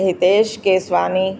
Hitesh Keswani